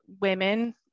women